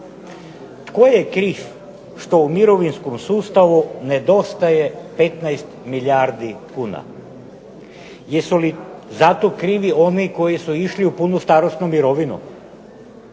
Tko je kriv što u mirovinskom sustavu nedostaje 15 milijardi kuna? Jesu li za to krivi oni koji su išli u punu starosnu mirovinu